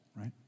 right